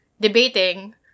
debating